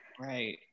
Right